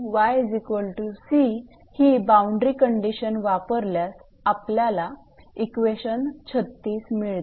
𝑥0 𝑦𝑐 ही boundary condition वापरल्यास आपल्याला इक्वेशन 36 मिळते